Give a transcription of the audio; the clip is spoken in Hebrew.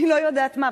אני לא יודעת מה,